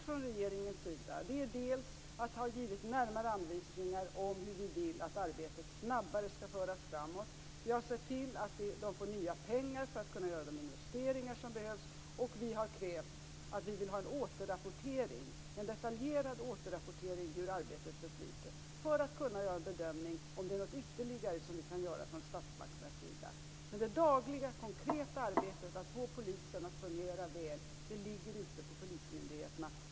Från regeringens sida har vi gett närmare anvisningar om hur vi vill att arbetet snabbare skall föras framåt. Vi har sett till att man får nya pengar för att kunna göra de investeringar som behövs. Vi har också krävt en detaljerad återrapportering om hur arbetet förflyter; detta för att kunna bedöma om ytterligare något kan göras från statsmakternas sida. Det dagliga konkreta arbetet med att få polisen att fungera väl ligger ute på polismyndigheterna.